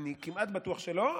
אני כמעט בטוח שלא,